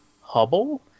Hubble